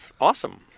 awesome